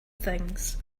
things